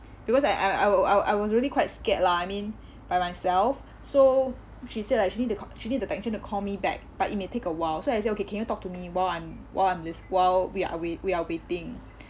because I I will I will I was really quite scared lah I mean by myself so she said like she need the co~ she need the technician to call me back but it may take a while so I said okay can you talk to me while I'm while I'm lis~ while we are wai~ we are waiting